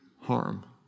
harm